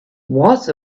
was